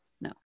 No